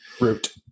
Root